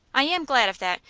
i am glad of that,